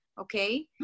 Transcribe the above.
okay